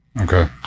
Okay